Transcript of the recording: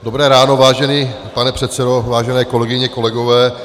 Dobré ráno, vážený pane předsedo, vážené kolegyně, kolegové.